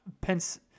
Pence